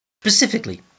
specifically